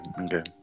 okay